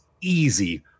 easy